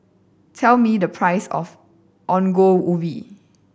tell me the price of Ongol Ubi